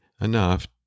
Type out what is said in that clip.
enough